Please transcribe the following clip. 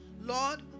Lord